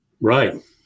Right